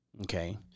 Okay